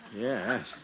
Yes